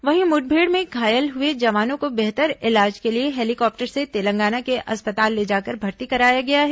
वहीं मुठभेड़ में घायल हुए जवानों को बेहतर इलाज के लिए हेलीकॉप्टर से तेलंगाना के अस्पताल ले जाकर भर्ती कराया गया है